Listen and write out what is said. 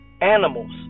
animals